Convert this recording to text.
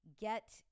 get